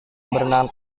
berenang